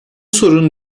sorun